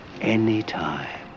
anytime